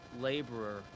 laborer